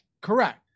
Correct